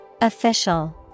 Official